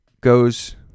goes